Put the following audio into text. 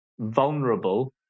Vulnerable